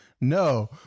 no